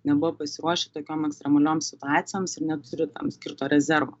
nebuvo pasiruošę tokiom ekstremaliom situacijoms ir neturi tam skirto rezervo